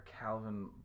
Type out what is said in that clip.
Calvin